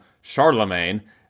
Charlemagne